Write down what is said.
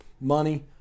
money